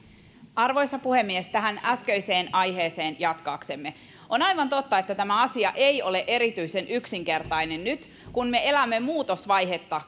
arvoisa puhemies tätä äskeistä aihetta jatkaaksemme on aivan totta että tämä asia ei ole erityisen yksinkertainen nyt kun me elämme muutosvaihetta